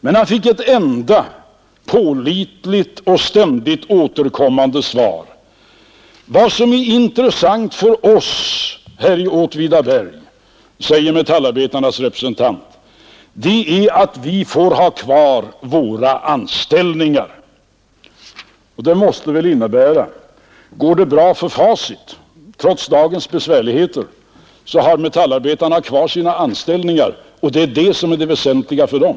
Men han fick ett enda pålitligt och ständigt återkommande svar: Vad som är intressant för oss här i Åtvidaberg, sade metallarbetarnas representant, är att vi får ha kvar våra anställningar. Detta måste väl innebära, att går det bra för Facit, trots dagens besvärligheter, så har metallarbetarna kvar sina anställningar, och det är det väsentliga för dem.